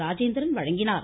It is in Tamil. ராஜேந்திரன் வழங்கினார்